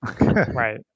Right